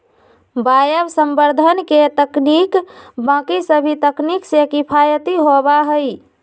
वायवसंवर्धन के तकनीक बाकि सभी तकनीक से किफ़ायती होबा हई